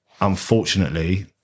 unfortunately